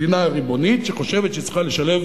מדינה ריבונית, שחושבת שהיא צריכה לשלב